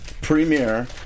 premiere